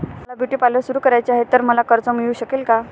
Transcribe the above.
मला beauty parlour सुरू करायचे आहे तर मला कर्ज मिळू शकेल का?